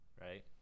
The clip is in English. right